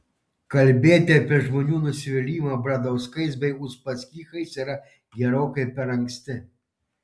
kalbėti apie žmonių nusivylimą bradauskais bei uspaskichais yra gerokai per anksti